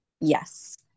Yes